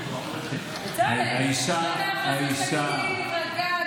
בצלאל, היא מחכה גם עם הארוחה.